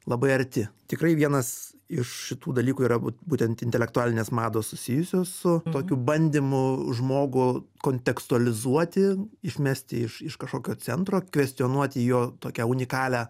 labai arti tikrai vienas iš šitų dalykų yra būtent intelektualinės mados susijusios su tokiu bandymu žmogų kontekstualizuoti išmesti iš kažkokio centro kvestionuoti jo tokią unikalią